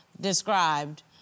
described